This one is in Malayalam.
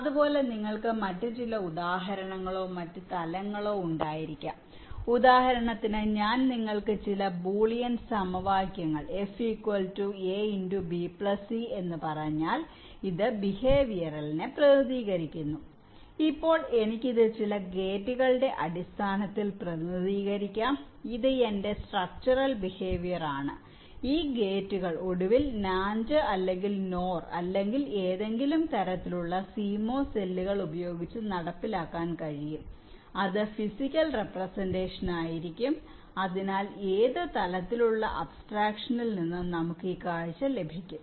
അതുപോലെ നിങ്ങൾക്ക് മറ്റ് ചില ഉദാഹരണങ്ങളോ മറ്റ് തലങ്ങളോ ഉണ്ടായിരിക്കാം ഉദാഹരണത്തിന് ഞാൻ നിങ്ങൾക്ക് ചില ബൂളിയൻ സമവാക്യങ്ങൾ f a b c എന്ന് പറഞ്ഞാൽ ഇത് ബിഹേവിയറൽ പ്രതിനിധീകരിക്കുന്നു ഇപ്പോൾ എനിക്ക് ഇത് ചില ഗേറ്റുകളുടെ അടിസ്ഥാനത്തിൽ പ്രതിനിധീകരിക്കാം അത് എന്റെ സ്ട്രക്ടറൽ ബിഹേവിയർ ആണ് ഈ ഗേറ്റുകൾ ഒടുവിൽ NAND അല്ലെങ്കിൽ NOR അല്ലെങ്കിൽ ഏതെങ്കിലും തരത്തിലുള്ള CMOS സെല്ലുകൾ ഉപയോഗിച്ച് നടപ്പിലാക്കാൻ കഴിയും അത് ഫിസിക്കൽ റെപ്രെസെന്റഷൻ ആയിരിക്കും അതിനാൽ ഏത് തലത്തിലുള്ള അബ്സ്ട്രക്ഷനിൽ നിന്നും നമുക്ക് ഈ കാഴ്ച ലഭിക്കും